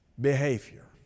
behavior